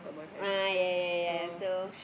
ah yea yea yea yea so